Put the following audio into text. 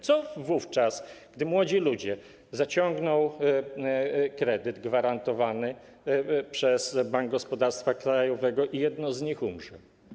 Co wówczas, gdy młodzi ludzie zaciągną kredyt gwarantowany przez Bank Gospodarstwa Krajowego i jedno z nich umrze?